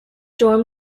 dorm